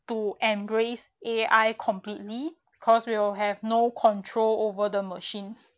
to embrace A_I completely cause we will have no control over the machines